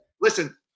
Listen